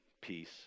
peace